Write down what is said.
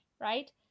right